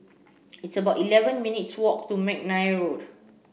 it's about eleven minutes' walk to McNair Road